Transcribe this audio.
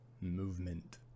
Movement